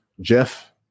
Jeff